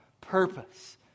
purpose